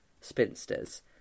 spinsters